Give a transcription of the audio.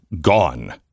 gone